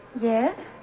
Yes